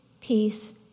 peace